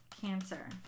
cancer